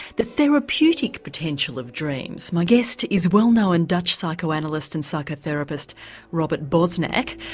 the therapeutic potential of dreams, my guest is well known dutch psychoanalyst and psychotherapist robert bosnak.